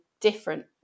different